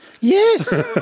Yes